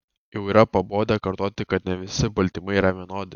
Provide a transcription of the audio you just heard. jau yra pabodę kartoti kad ne visi baltymai yra vienodi